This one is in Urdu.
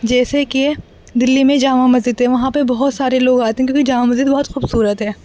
جیسے کہ دلی میں جامع مسجد ہے وہاں پہ بہت سارے لوگ آتے ہیں کیونکہ جامع مسجد بہت خوبصورت ہے